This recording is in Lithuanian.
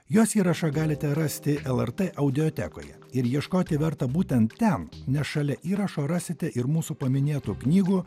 jos įrašą galite rasti lrt audiotekoje ir ieškoti verta būtent ten nes šalia įrašo rasite ir mūsų paminėtų knygų